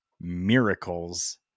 miracles